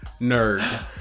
nerd